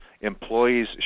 employees